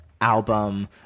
album